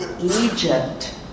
Egypt